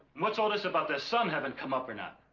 what's all this about their sun? haven't come up or not?